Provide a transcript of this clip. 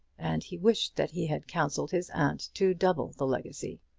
and he wished that he had counselled his aunt to double the legacy.